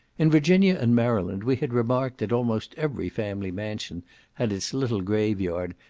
in virginia and maryland we had remarked that almost every family mansion had its little grave yard,